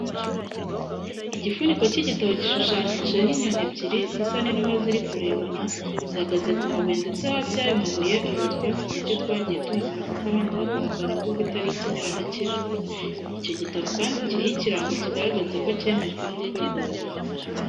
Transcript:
Igifuniko cy'igitabo gishushanijeho inyoni ebyiri zisa n'inuma ziri kurebana, zihagaze ku mabuye ndetse hasi y'ayo mabuye hari utwatsi ducye twagiye tuhamera kuko ahandi hagaragara imbuga itariho ikimera na kimwe. Icyo gitabo kandi kiriho ikirango kigaragaza ko cyemejwe n'urwego runaka.